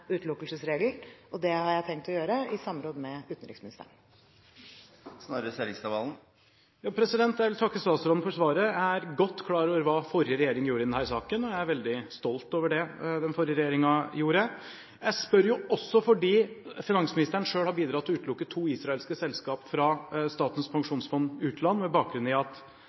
Det har jeg tenkt å gjøre i samråd med utenriksministeren. Jeg vil takke statsråden for svaret. Jeg er godt klar over hva den forrige regjering gjorde i denne saken. Jeg er veldig stolt av det den forrige regjeringen gjorde. Jeg spør også fordi finansministeren selv har bidratt til å utelukke to israelske selskaper fra Statens pensjonsfond utland, med bakgrunn i at